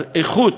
אז איכות